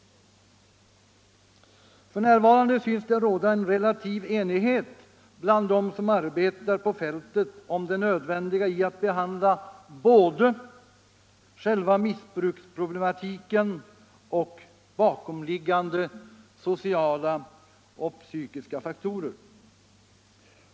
F.n. synes det råda en relativ enighet bland dem som arbetar på fältet om det nödvändiga i att behandla både själva missbruksproblematiken och bakomliggande sociala och psykiska faktorer.